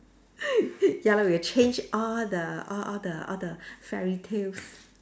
ya lor we'll change all the all all the all the fairy tales